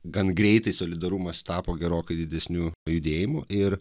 gan greitai solidarumas tapo gerokai didesniu judėjimu ir